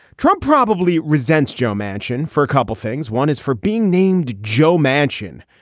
trump probably resents joe manchin for a couple things. one is for being named joe manchin.